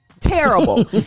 Terrible